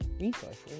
resources